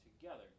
together